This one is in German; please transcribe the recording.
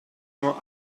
nur